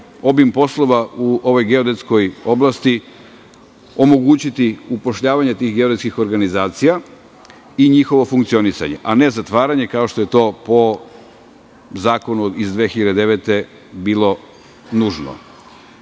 obim poslova u ovoj geodetskoj oblasti, omogućiti upošljavanje tih geodetskih organizacija i njihovo funkcionisanje, a ne zatvaranje kao što je to po zakonu iz 2009. godine